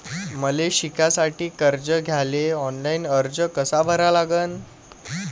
मले शिकासाठी कर्ज घ्याले ऑनलाईन अर्ज कसा भरा लागन?